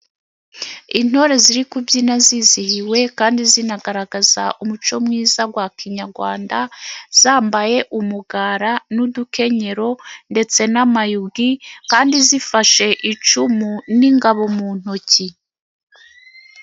Intore ziri kubyina zizihiwe kandi zinagaragaza umuco mwiza wa kinyarwanda ,zambaye umugara n'udukenyero ndetse n'amayugi ,kandi zifashe icumu n'ingabo mu ntoki.